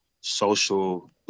social